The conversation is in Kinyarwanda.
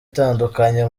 itandukanye